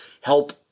help